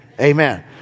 Amen